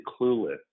clueless